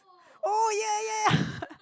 oh ya ya